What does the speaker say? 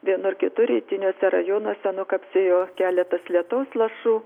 vienur kitur rytiniuose rajonuose nukapsėjo keletas lietaus lašų